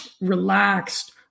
relaxed